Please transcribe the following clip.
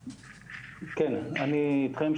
כן, אני אתכם.